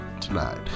tonight